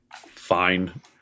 Fine